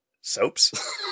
Soaps